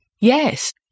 Yes